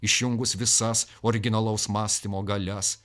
išjungus visas originalaus mąstymo galias